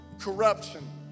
Corruption